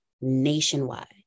nationwide